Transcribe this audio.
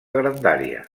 grandària